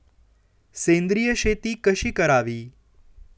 सेंद्रिय शेती कशी करावी?